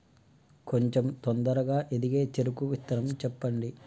కొంచం తొందరగా ఎదిగే చెరుకు విత్తనం చెప్పండి?